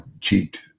cheat